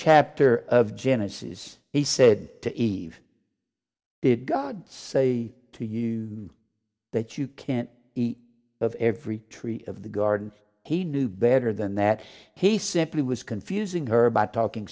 chapter of genesis he said to eve did god say to you that you can't eat of every tree of the garden he knew better than that he simply was confusing her by talking